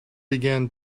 began